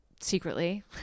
secretly